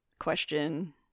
question